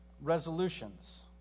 Resolutions